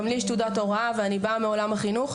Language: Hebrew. גם לי יש תעודת הוראה ואני באה מעולם החינוך.